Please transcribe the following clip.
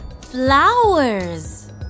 flowers